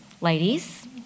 Ladies